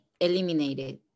eliminated